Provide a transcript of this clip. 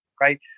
right